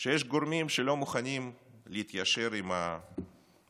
שיש גורמים שלא מוכנים להתיישר עם ההצבעה